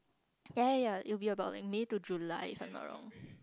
ya ya ya it will be about like May to July if I'm not wrong